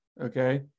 Okay